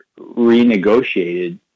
renegotiated